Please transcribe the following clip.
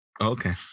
Okay